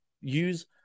use